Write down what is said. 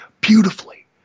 beautifully